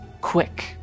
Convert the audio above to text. quick